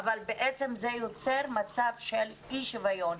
אבל בעצם זה יוצר מצב של אי שוויון,